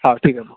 हां ठीक आहे भाऊ